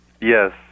Yes